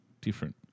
different